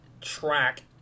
track